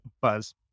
Buzz